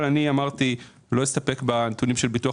אבל אמרתי שלא אסתפק בנתונים של הביטוח